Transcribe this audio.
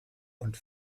und